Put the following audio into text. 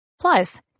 Plus